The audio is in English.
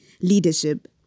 leadership